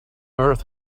earth